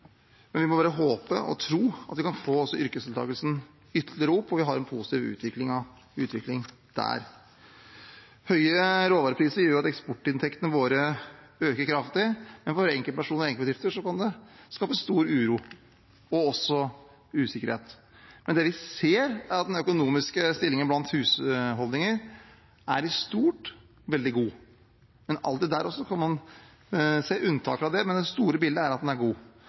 Men det som også treffer oss, er at mange bedrifter har utfordringer med å få tak i folk. Vi må bare håpe og tro at vi kan få yrkesdeltakelsen ytterligere opp, og vi har en positiv utvikling der. Høye råvarepriser gjør at eksportinntektene våre øker kraftig, men for enkeltpersoner og enkeltbedrifter kan det skape stor uro og også usikkerhet. Det vi ser, er at den økonomiske stillingen blant husholdningene i stort er veldig god. Man kan alltid se unntak fra det, men det store bildet er at den er god.